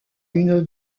une